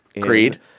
creed